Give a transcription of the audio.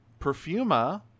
perfuma